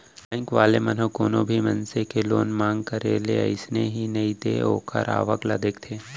bank वाले मन ह कोनो भी मनसे के लोन मांग करे ले अइसने ही नइ दे ओखर आवक ल देखथे